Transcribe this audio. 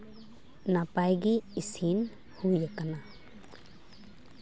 ᱱᱟᱯᱟᱭ ᱜᱮ ᱤᱥᱤᱱ ᱦᱩᱭ ᱟᱠᱟᱱᱟ